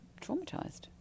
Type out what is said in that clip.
traumatized